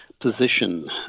position